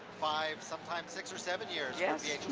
five, sometimes six or seven years, yeah